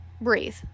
breathe